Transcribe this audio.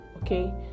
okay